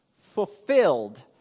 fulfilled